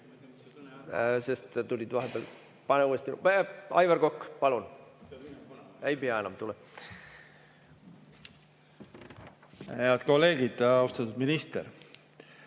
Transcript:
Head kolleegid! Austatud minister!